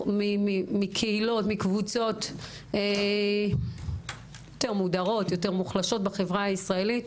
מקהילות או מקבוצות יותר מודרות ויותר מוחלשות בחברה הישראלית.